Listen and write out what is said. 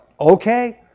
Okay